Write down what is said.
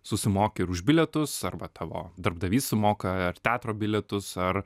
susimoki ir už bilietus arba tavo darbdavys sumoka ar teatro bilietus ar